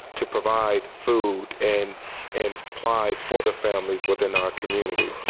to provides food and and supplies for the families within our community.